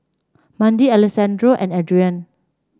Mandi Alessandro and Adrianne